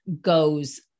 goes